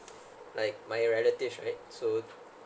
like my relatives right so